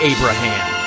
Abraham